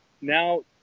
now